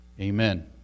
Amen